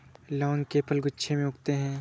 लौंग के फल गुच्छों में उगते हैं